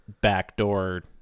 backdoor